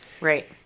Right